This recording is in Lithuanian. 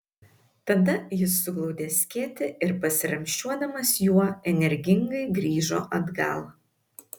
tada jis suglaudė skėtį ir pasiramsčiuodamas juo energingai grįžo atgal